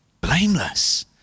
Blameless